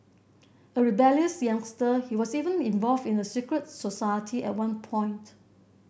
a rebellious youngster he was even involved in a secret society at one point